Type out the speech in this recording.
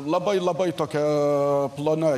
labai labai tokia plona